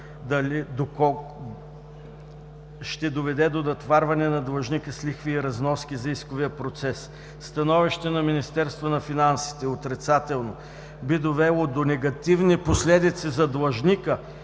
ще доведе до натоварване на длъжника с лихви и разноски за исковия процес; становище на Министерство на финансите – отрицателно: би довело до негативни последици за длъжника,